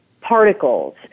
particles